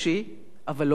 אבל לא בשוק פרוע.